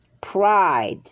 pride